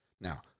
Now